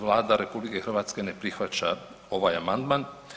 Vlada RH ne prihvaća ovaj amandman.